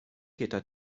gyda